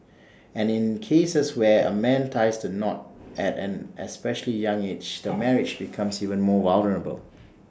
and in cases where A man ties the knot at an especially young age the marriage becomes even more vulnerable